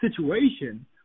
situation